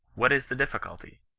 what is the diflgiculty?